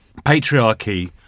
patriarchy